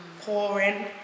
Pouring